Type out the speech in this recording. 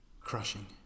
crushing